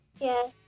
Yes